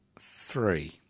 three